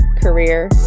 career